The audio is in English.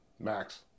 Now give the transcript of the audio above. Max